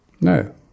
No